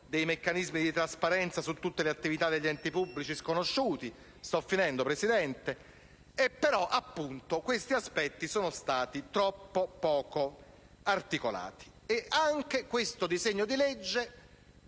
dei meccanismi di trasparenza su tutte le attività degli enti pubblici sconosciuti. Però, appunto, questi aspetti sono stati troppo poco articolati. Anche questo disegno di legge